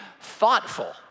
thoughtful